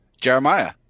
jeremiah